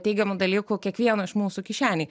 teigiamų dalykų kiekvieno iš mūsų kišenėj